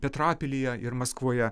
petrapilyje ir maskvoje